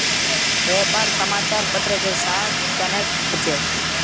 व्यापार समाचार पत्र के साथ कनेक्ट होचे?